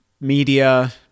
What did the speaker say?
media